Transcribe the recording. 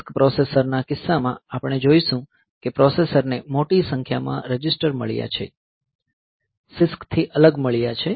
RISC પ્રોસેસર્સના કિસ્સામાં આપણે જોઈશું કે પ્રોસેસરને મોટી સંખ્યામાં રજિસ્ટર મળ્યા છે CISC થી અલગ મળ્યા છે